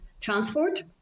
transport